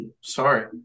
Sorry